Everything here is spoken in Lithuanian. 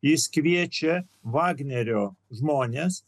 jis kviečia vagnerio žmones